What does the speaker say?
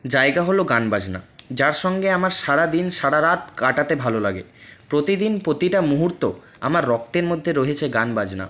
জায়গা হল গান বাজনা যার সঙ্গে আমার সারাদিন সারারাত কাটাতে ভালো লাগে প্রতিদিন প্রতিটা মুহূর্ত আমার রক্তের মধ্যে রয়েছে গান বাজনা